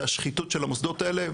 זה השחיתות של המוסדות האלה,